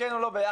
כן או לא ביחד,